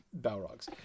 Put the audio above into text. Balrogs